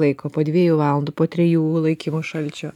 laiko po dviejų valandų po trijų laikymo šalčio